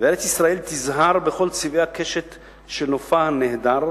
וארץ-ישראל תזהר בכל צבעי הקשת של נופה הנהדר,